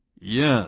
Yes